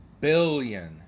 billion